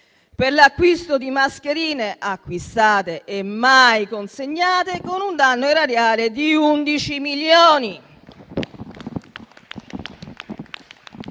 per l'acquisto di mascherine acquistate e mai consegnate con un danno erariale di 11 milioni?